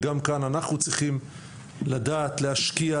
וגם כאן אנחנו צריכים לדעת להשקיע,